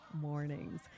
mornings